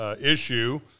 issue